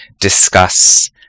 discuss